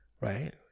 right